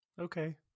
Okay